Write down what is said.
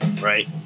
right